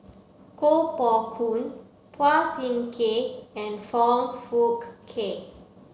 Koh Poh Koon Phua Thin Kiay and Foong Fook Kay